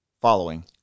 following